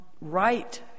right